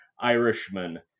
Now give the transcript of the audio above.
Irishman